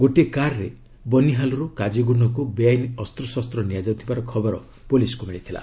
ଗୋଟିଏ କାର୍ରେ ବନିହାଲ୍ରୁ କାଜିଗୁଣ୍ଡକୁ ବେଆଇନ୍ ଅସ୍ତ୍ରଶସ୍ତ ନିଆଯାଉଥିବାର ଖବର ପୁଲିସ୍କୁ ମିଳିଥିଲା